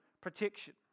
protection